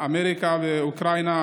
מאמריקה ואוקראינה,